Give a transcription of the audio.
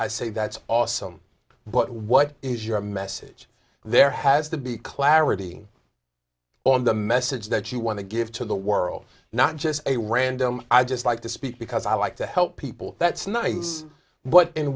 i say that's awesome but what is your message there has to be clarity on the message that you want to give to the world not just a random i just like to speak because i like to help people that